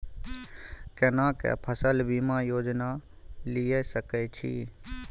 केना के फसल बीमा योजना लीए सके छी?